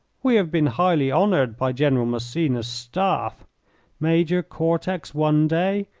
we have been highly honoured by general massena's staff major cortex one day,